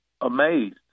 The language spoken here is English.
amazed